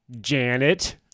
Janet